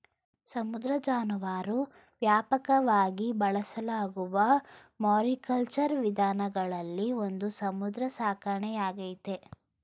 ಸಮುದ್ರ ಜಾನುವಾರು ವ್ಯಾಪಕವಾಗಿ ಬಳಸಲಾಗುವ ಮಾರಿಕಲ್ಚರ್ ವಿಧಾನಗಳಲ್ಲಿ ಒಂದು ಸಮುದ್ರ ಸಾಕಣೆಯಾಗೈತೆ